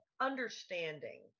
understanding